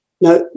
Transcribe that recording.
Now